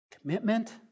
Commitment